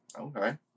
Okay